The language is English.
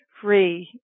free